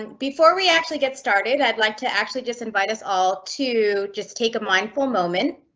and before we actually get started, i'd like to actually just invite us all to just take a mindful moment.